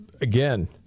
again